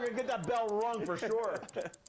get that bell rung for sure.